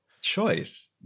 choice